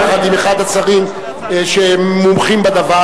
יחד עם אחד השרים שהם מומחים בדבר,